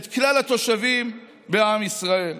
את כלל התושבים בעם ישראל.